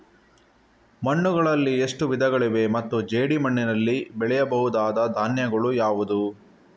ಮಣ್ಣುಗಳಲ್ಲಿ ಎಷ್ಟು ವಿಧಗಳಿವೆ ಮತ್ತು ಜೇಡಿಮಣ್ಣಿನಲ್ಲಿ ಬೆಳೆಯಬಹುದಾದ ಧಾನ್ಯಗಳು ಯಾವುದು?